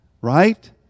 right